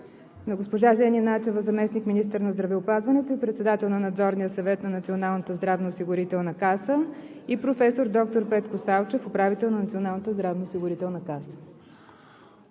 госпожа Жени Начева – заместник-министър на здравеопазването и председател на Надзорния съвет на Националната здравноосигурителна каса, и професор доктор Петко Салчев – управител на Националната здравноосигурителна каса.